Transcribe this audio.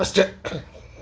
ಅಷ್ಟೇ